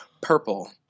purple